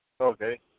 Okay